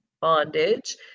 bondage